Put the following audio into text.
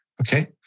Okay